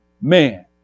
Man